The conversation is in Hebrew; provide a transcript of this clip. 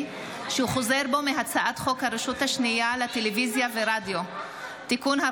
שהוא חוזר בו מהצעת חוק הרשות השנייה לטלוויזיה ורדיו (תיקון,